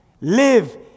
Live